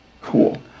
Cool